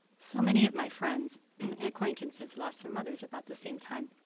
so many of my friends and and acquaintances lost their mothers about the same time.